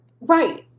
Right